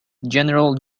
general